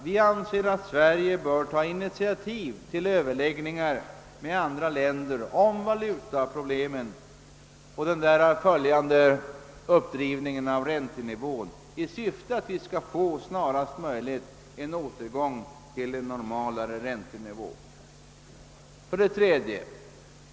Vi anser att Sverige bör ta initiativ till överläggningar med andra länder om valutaproblemen och den därav följande uppdrivningen av räntenivån för att vi snarast möjligt skall få en återgång till en normalare räntenivå. 3.